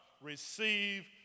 receive